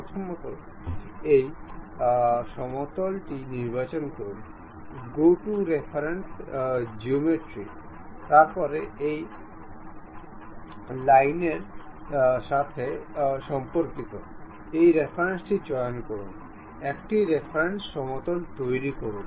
প্রথমত এই সমতলটি নির্বাচন করুন গো টু রেফারেন্স জিওমেট্রি তারপরে এই লাইনের সাথে সম্পর্কিত এই সারফেসটি চয়ন করুন একটি রেফারেন্স সমতল তৈরি করুন